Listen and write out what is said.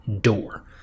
door